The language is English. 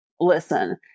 listen